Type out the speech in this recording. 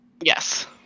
Yes